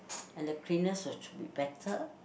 and the cleanness which will be better